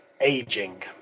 aging